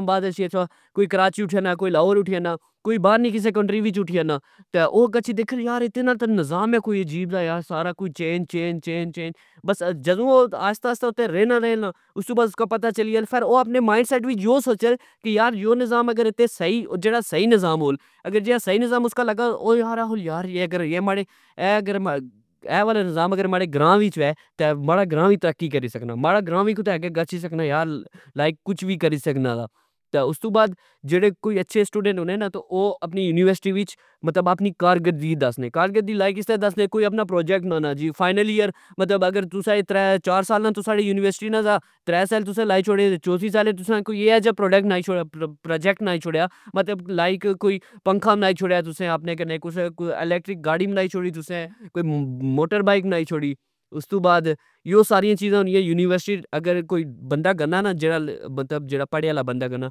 آباد اچھی گچھو کوئی کراچی اٹھی آنا کوئی لوہور اٹھی آنا کوئی بار نی کسہ کنٹری وچ اٹھی آنا تہ او گچھی دیکھن یار اتھے نا نظام ای کوئی اجیب دا یار. سارا کج چینج چینج چینج بس جدو او آستہ آستہ اتھہ رہنا نا استو بعد اسکو پتا چلی جئے نا فر او اپنے مائنڈ سیٹ وچ یو سوچہ نا یار اگر یو نظام اتھے سہی جیڑا سہی نظام ہول, اگر جیڑا سہی نظام اسکا لگااو یار آکھن یار .اگر اے ماڑے اہہ اگر ماڑے اہہ آلا نظام اگر ماڑے گراں وچ وہہ ماڑا گراں وی طرقی کری سکنا ماڑا گراں وی کتھہ اگہ گچھی سکنا یا لائک کچھ وی کری سکنا سا استو بعد جیڑے کوئی اچھے سٹوڈنٹ ہونے نا او اپنی یونیورسٹی وچ مطلب اپنی کارکردگی دسنے کارکردگی لائک کسطرع دسنے کوئی اپنا پروجیکٹ بنانا جی فائنل ایئراگر تسا ترہ چار سال نا تسا نی یونیورسٹی نا سا ترہ سال تسالائی شوچے تہ چوتھے سال تسا ایہ جا پروجیکٹ بنائی چھوڑیا مطلب لائک کوئی پنجھا بنائی چھوڑیا ,کوئی ایلیکٹرک گاڑی بنائی چھوری تسا کوئی موٹربائک بنائی چھوڑی .استو بعد یو ساریاں چیزاں ہونیا یونیورسٹی اگر کوئی بندا گنا نا جیڑا کوئی پڑنے آلا بندا گنا